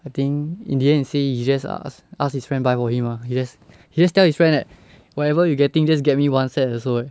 I think in the end he say he just ask ask his friend buy for him ah he just he just tell his friend that whatever you getting just get me one set also